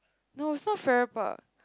no it's not Farrer Park